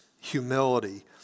humility